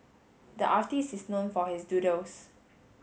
the artist is known for his doodles